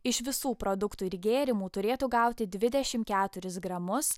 iš visų produktų ir gėrimų turėtų gauti dvidešim keturis gramus